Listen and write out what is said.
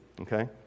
okay